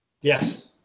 Yes